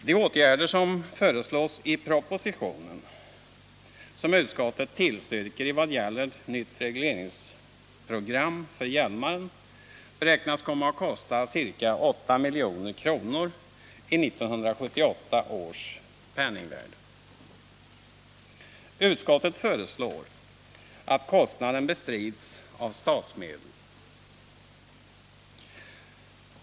De åtgärder som föreslås i propositionen och som utskottet tillstyrker i vad gäller nytt regleringsprogram för Hjälmaren beräknas komma att kosta ca 8 milj.kr. i 1978 års penningvärde. Utskottet föreslår att kostnaden bestrids med statsmedel.